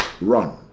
run